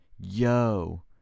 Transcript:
Yo